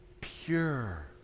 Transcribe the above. pure